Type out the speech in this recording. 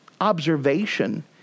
observation